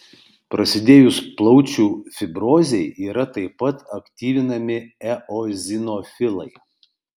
prasidėjus plaučių fibrozei yra taip pat aktyvinami eozinofilai